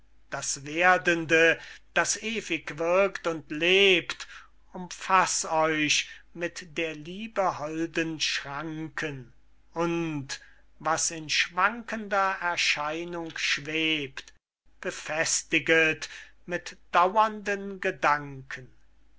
das werdende das ewig wirkt und lebt umfaß euch mit der liebe holden schranken und was in schwankender erscheinung schwebt befestiget mit dauernden gedanken